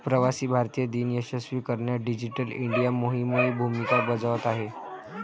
प्रवासी भारतीय दिन यशस्वी करण्यात डिजिटल इंडिया मोहीमही भूमिका बजावत आहे